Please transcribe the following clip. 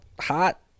hot